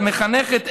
המחנכת,